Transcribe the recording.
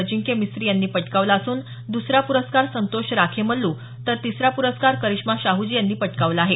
अजिंक्य मिस्त्री यांनी पटकावला असून दुसरा पुरस्कार संतोष राखेमछ्ठ यांनी तर तिसरा पुरस्कार करिष्मा साहजी यांनी पटकावला आहे